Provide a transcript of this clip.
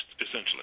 essentially